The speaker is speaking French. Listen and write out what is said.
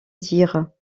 dire